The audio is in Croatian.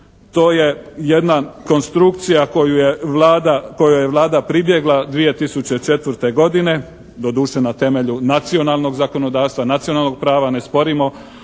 To je jedna konstrukcija koju je Vlada, kojoj je Vlada pribjegla 2004. godine, doduše na temelju nacionalnog zakonodavstva, nacionalnog prava. Ne sporimo